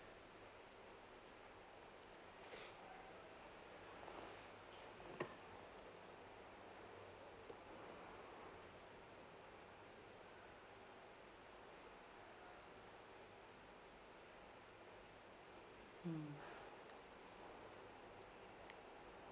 hmm